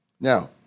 Now